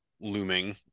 looming